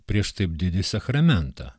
prieš taip didį sakramentą